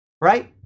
right